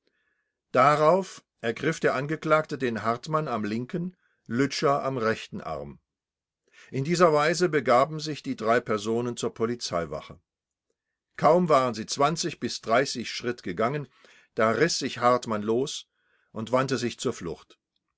darauf ergriff der angeklagte den hartmann am linken lütscher am rechten arm in dieser weise begaben sich die drei personen zur polizeiwache kaum waren sie schritt gegangen da riß sich hartmann los und wandte sich zur flucht